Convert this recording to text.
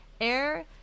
air